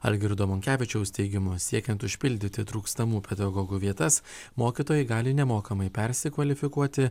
algirdo monkevičiaus teigimu siekiant užpildyti trūkstamų pedagogų vietas mokytojai gali nemokamai persikvalifikuoti